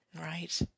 Right